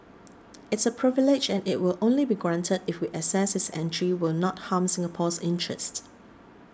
it's a privilege and it will only be granted if we assess his entry will not harm Singapore's interest